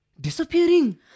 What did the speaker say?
disappearing